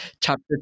chapter